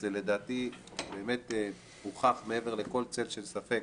ההיפך, לדעתי באמת הוכח מעבר לכל צל של ספק